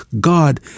God